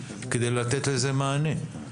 כדי לתת לזה מענה.